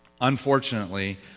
Unfortunately